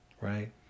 right